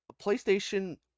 PlayStation